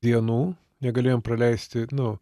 dienų negalėjom praleisti nu